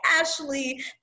Ashley